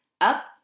up